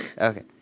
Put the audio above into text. okay